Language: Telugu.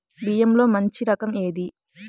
బియ్యంలో మంచి రకం ఏది?